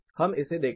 हम इसे देखेंगे